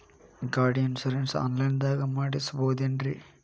ಗಾಡಿ insurance online ದಾಗ ಮಾಡಸ್ಬಹುದೆನ್ರಿ?